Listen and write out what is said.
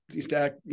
stack